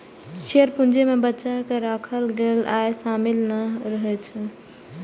share पूंजी मे बचा कें राखल गेल आय शामिल नहि रहै छै